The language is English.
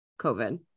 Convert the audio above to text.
COVID